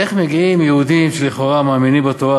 איך מגיעים יהודים שלכאורה מאמינים בתורה